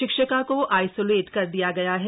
शिक्षिका को आइसोलेट कर दिया गया है